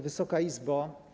Wysoka Izbo!